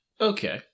Okay